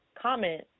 comment